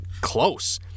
close